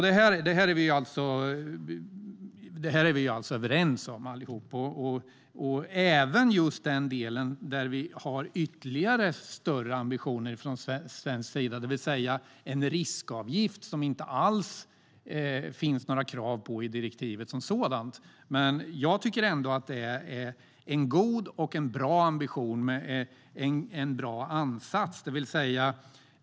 Detta är vi överens om allihop, även om den del där vi har ännu större ambitioner från svensk sida. Det handlar om riskavgiften. En sådan finns det inga krav på i direktivet, men det är en god ambition med en bra ansats.